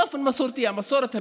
המסורת הבדואית.